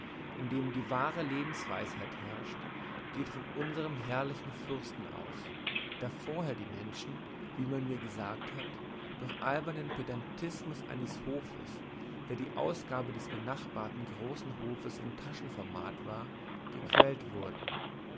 in dem die wahre lebensweisheit herrscht geht von unserm herrlichen fürsten aus da vorher die menschen wie man mir gesagt hat durch albernen pedantismus eines hofes der die ausgabe des benachbarten großen hofes in taschenformat war gequält wurden